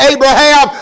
Abraham